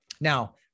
Now